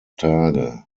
tage